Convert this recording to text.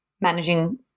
managing